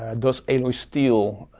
ah does aloy steal,